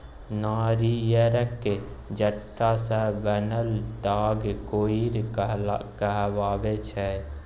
नारियरक जट्टा सँ बनल ताग कोइर कहाबै छै